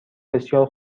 بسیار